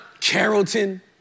Carrollton